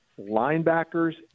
linebackers